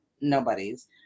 Nobody's